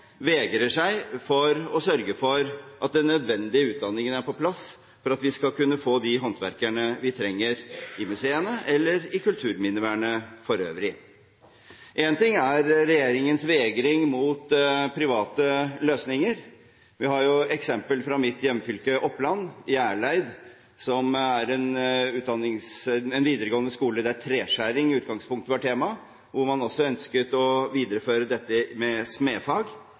vegrer seg for å sørge for at den nødvendige utdanningen er på plass for at vi skal kunne få de håndverkerne vi trenger i museene eller i kulturminnevernet for øvrig. Én ting er regjeringens vegring når det gjelder private løsninger. Vi har jo et eksempel fra mitt hjemfylke, Oppland: Hjerleid er en videregående skole der treskjæring i utgangspunktet var temaet, og der man også ønsket å videreføre dette med